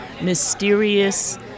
mysterious